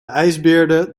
ijsbeerde